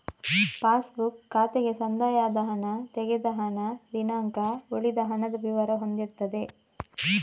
pass book ಖಾತೆಗೆ ಸಂದಾಯ ಆದ ಹಣ, ತೆಗೆದ ಹಣ, ದಿನಾಂಕ, ಉಳಿದ ಹಣದ ವಿವರ ಹೊಂದಿರ್ತದೆ